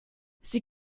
sie